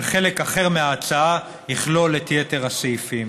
וחלק אחר מההצעה יכלול את יתר הסעיפים.